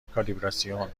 کالیبراسیون